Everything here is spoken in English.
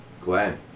Glenn